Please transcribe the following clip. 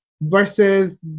versus